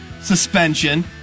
suspension